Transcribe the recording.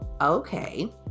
okay